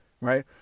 Right